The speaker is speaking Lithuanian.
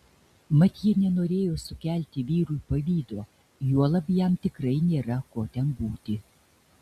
mat ji nenorėjo sukelti vyrui pavydo juolab jam tikrai nėra ko ten būti